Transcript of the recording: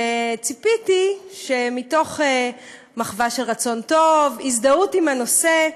ציפיתי שמתוך מחווה של רצון טוב, הזדהות עם הנושא,